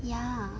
ya